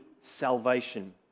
salvation